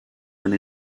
and